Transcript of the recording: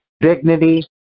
dignity